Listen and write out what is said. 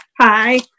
Hi